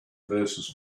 verses